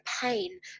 pain